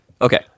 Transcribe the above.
Okay